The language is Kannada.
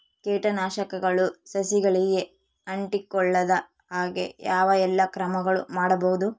ಕೇಟನಾಶಕಗಳು ಸಸಿಗಳಿಗೆ ಅಂಟಿಕೊಳ್ಳದ ಹಾಗೆ ಯಾವ ಎಲ್ಲಾ ಕ್ರಮಗಳು ಮಾಡಬಹುದು?